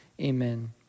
amen